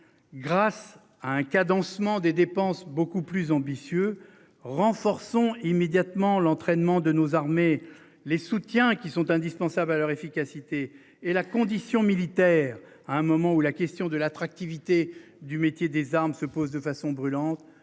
Grâce à un cadencement des dépenses beaucoup plus ambitieux renforçons immédiatement l'entraînement de nos armées les soutiens qui sont indispensables à leur efficacité est la condition militaire à un moment où la question de l'attractivité du métier des armes se pose de façon brûlante